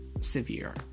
severe